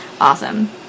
Awesome